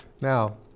Now